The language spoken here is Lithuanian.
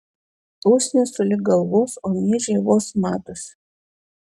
usnys sulig galvos o miežiai vos matosi